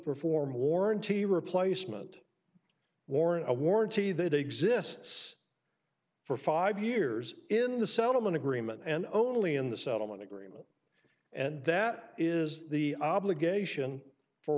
perform a warranty replacement warrant a warranty that exists for five years in the settlement agreement and only in the settlement agreement and that is the obligation for